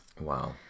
wow